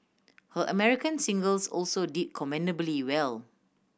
her American singles also did commendably well